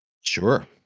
Sure